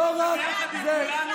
לא מתאים לך.